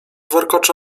warkocza